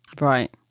Right